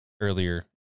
earlier